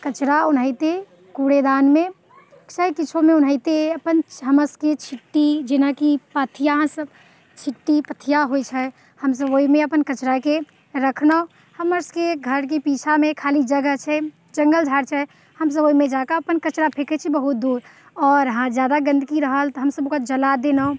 कचरा ओनाहिते कूड़ेदानमे सैत सबमे ओनाहिते अपन हमरा सबके छिट्टी जेनाकि पथिआ सब छिट्टी पथिआ होइत छै हमसब ओहिमे अपन कचराके रखलहुँ हमर सबके घरके पीछाँमे खाली जगह छै जङ्गल झाड़ छै हमसब ओहिमे जाकऽ अपन कचरा फेकैत छी बहुत दूर आओर हँ जादा गन्दगी रहल तऽ हमसब ओकरा जला देलहुँ